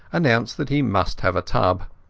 announced that he must have a tub.